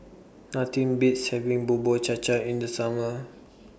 Nothing Beats having Bubur Cha Cha in The Summer